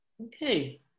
Okay